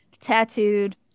tattooed